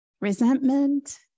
Resentment